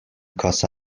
کاسه